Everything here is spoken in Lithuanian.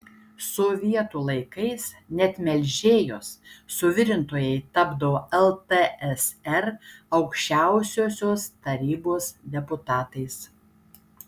sovietų laikais net melžėjos suvirintojai tapdavo ltsr aukščiausiosios tarybos deputatais